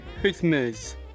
Christmas